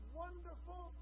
wonderful